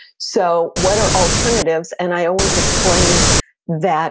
so, what are alternatives? and i always explain that